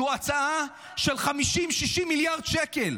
אתי, זו הצעה של 50, 60 מיליארד שקל.